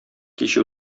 кич